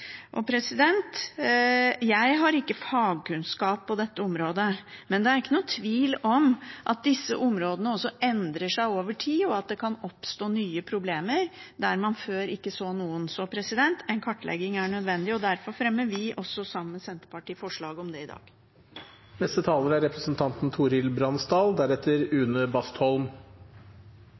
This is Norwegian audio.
Jeg har ikke fagkunnskap på dette området, men det er ikke noen tvil om at disse områdene også endrer seg over tid, og at det kan oppstå nye problemer der man før ikke så noen, så en kartlegging er nødvendig. Derfor fremmer vi, sammen med Senterpartiet, forslag om det i dag.